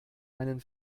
einen